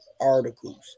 articles